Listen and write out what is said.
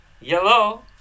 Yellow